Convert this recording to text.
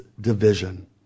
division